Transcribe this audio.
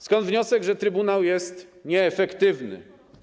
Skąd wniosek, że Trybunał jest nieefektywny?